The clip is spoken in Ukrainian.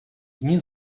дні